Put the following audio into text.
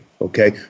Okay